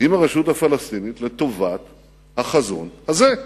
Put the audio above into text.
עם הרשות הפלסטינית לטובת החזון הזה.